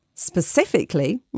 specifically